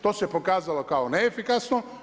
To se pokazalo kao neefikasno.